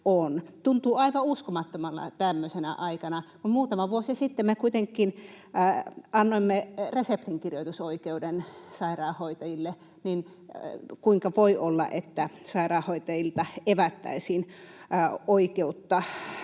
Tuntuu aivan uskomattomalta tämmöisenä aikana, kun muutama vuosi sitten me kuitenkin annoimme reseptinkirjoitusoikeuden sairaanhoitajille, niin kuinka voi olla, että sairaanhoitajilta evättäisiin oikeus